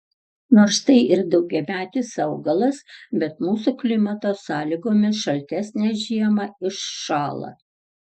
nors tai ir daugiametis augalas bet mūsų klimato sąlygomis šaltesnę žiemą iššąla